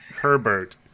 Herbert